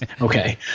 Okay